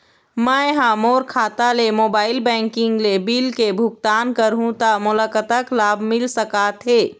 मैं हा मोर खाता ले मोबाइल बैंकिंग ले बिल के भुगतान करहूं ता मोला कतक लाभ मिल सका थे?